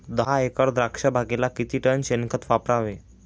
दहा एकर द्राक्षबागेला किती टन शेणखत वापरावे?